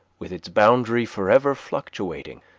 with its boundary forever fluctuating,